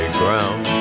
ground